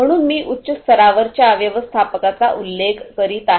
म्हणून मी उच्च स्तरावरच्या व्यवस्थापकचा उल्लेख करीत आहे